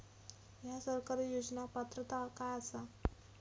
हया सरकारी योजनाक पात्रता काय आसा?